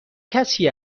کسی